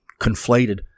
conflated